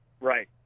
Right